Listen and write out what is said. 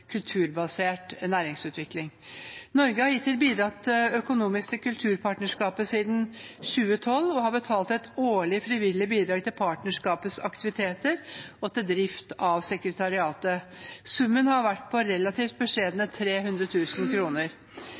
kulturbasert næringsutvikling. Norge har bidratt økonomisk til kulturpartnerskapet siden 2012 og har betalt et årlig frivillig bidrag til partnerskapets aktiviteter og til drift av sekretariatet. Summen har vært på relativt beskjedne